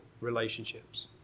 relationships